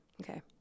Okay